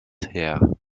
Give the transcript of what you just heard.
her